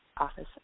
Office